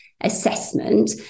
assessment